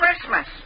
Christmas